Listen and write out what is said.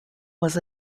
was